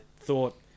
thought